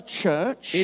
church